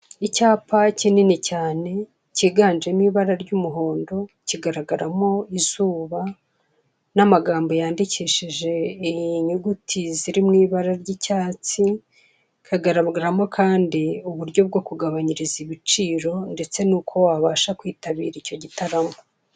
Icyapa kinini cyane, cyiganjemo ibara ry'umuhondo, kigaragaramo izuba n'amagambo yandikishije inyuguti ziri mu ibara ry'icyatsi, kagaragaramo kandi uburyo bwo kugabanyiza ibiciro, ndetse n'uko wabasha kwitabira icyo gitaramo.